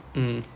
mm